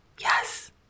Yes